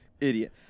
Idiot